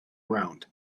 round